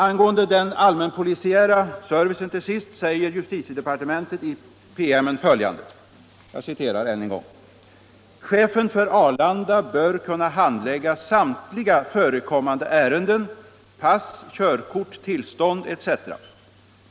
Anslag till polisvä Angående den allmänna polisiära servicen sägs följande i promemorian: — sendet ”Chefen för Arlanda bör kunna handlägga samtliga förekommande ärenden .